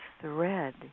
thread